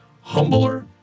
Humbler